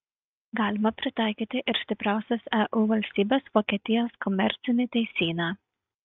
galima pritaikyti ir stipriausios eu valstybės vokietijos komercinį teisyną